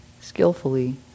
skillfully